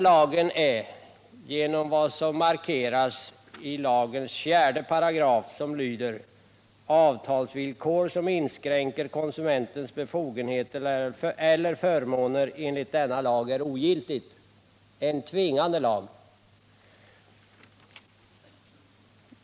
Lagen är — genom vad som markeras i lagens 4 §, som lyder: ”Avtalsvillkor som inskränker konsumentens befogenheter eller förmåner enligt denna lag är ogiltigt.” — en tvingande lag.